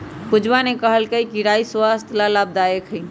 पूजवा ने कहल कई कि राई स्वस्थ्य ला लाभदायक हई